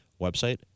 website